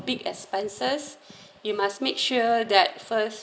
big expenses you must make sure that first